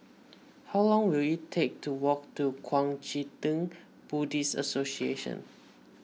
how long will it take to walk to Kuang Chee Tng Buddhist Association